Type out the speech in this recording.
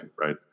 right